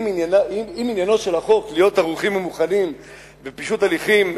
אם עניינו של החוק להיות ערוכים ומוכנים בפישוט הליכים,